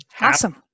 awesome